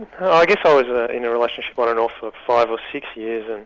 i guess i was ah in a relationship on and off for five or six years, and